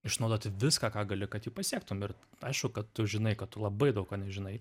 išnaudoti viską ką gali kad jį pasiektum ir aišku kad tu žinai kad tu labai daug ko nežinai